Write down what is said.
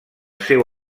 seu